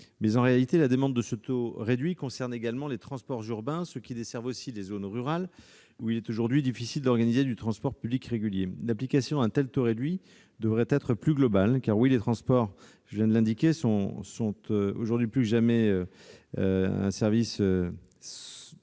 Mais, en réalité, la demande de ce taux réduit concerne également les transports urbains, ceux qui desservent aussi des zones rurales où il est aujourd'hui difficile d'organiser du transport public régulier. L'application d'un tel taux réduit devrait être plus globale, car les transports sont, comme je viens de le dire, aujourd'hui plus que jamais, un service de